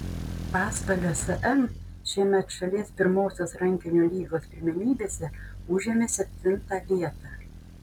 pasvalio sm šiemet šalies pirmosios rankinio lygos pirmenybėse užėmė septintą vietą